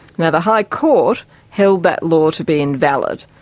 and the high court held that law to be invalid,